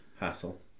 hassle